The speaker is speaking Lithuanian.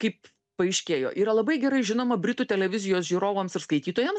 kaip paaiškėjo yra labai gerai žinoma britų televizijos žiūrovams ir skaitytojams